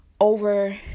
over